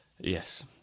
yes